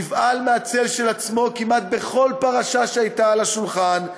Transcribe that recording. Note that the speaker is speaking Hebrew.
נבהל מהצל של עצמו כמעט בכל פרשה שהייתה על השולחן,